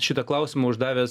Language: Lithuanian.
šitą klausimą uždavęs